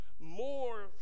more